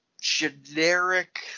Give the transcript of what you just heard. generic